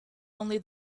only